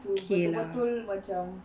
K lah